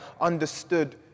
understood